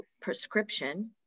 prescription